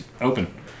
Open